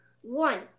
One